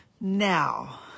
Now